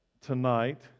tonight